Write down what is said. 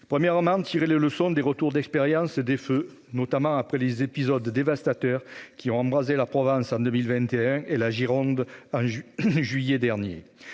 s'agit de tirer les leçons des retours d'expérience des feux, notamment après les épisodes dévastateurs qui ont embrasé la Provence en 2021 et la Gironde en juillet dernier.